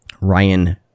ryan